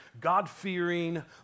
God-fearing